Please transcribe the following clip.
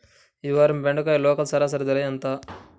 ఈ వారం బెండకాయ లోకల్ సరాసరి ధర ఎంత?